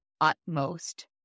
utmost